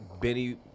Benny